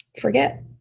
forget